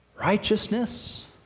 righteousness